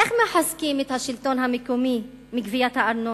איך מחזקים את השלטון המקומי מגביית הארנונה?